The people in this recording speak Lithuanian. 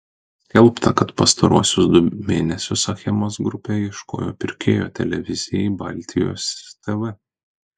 skelbta kad pastaruosius du mėnesius achemos grupė ieškojo pirkėjo televizijai baltijos tv